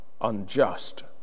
unjust